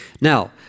Now